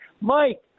Mike